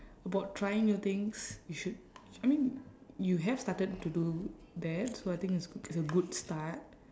about trying new things you should I mean you have started to do that so I think it's it's a good start